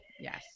Yes